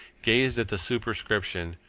gazed at the superscription,